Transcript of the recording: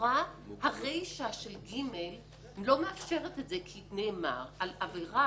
לכאורה הרישה של (ג) לא מאפשרת את זה; כי נאמר על עבירה